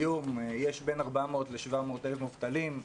היום יש בין 400,000 ל-700,000 מובטלים,